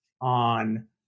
on